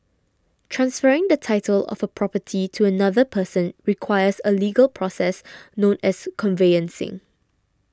transferring the title of a property to another person requires a legal process known as conveyancing